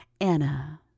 Anna